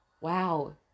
Wow